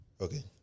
Okay